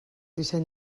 disseny